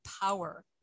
power